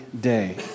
day